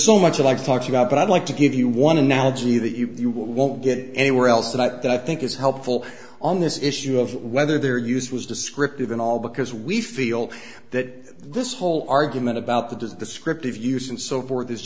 so much alike talk about but i'd like to give you one analogy that you won't get anywhere else that i think is helpful on this issue of whether their use was descriptive and all because we feel that this whole argument about the does the script of use and so forth is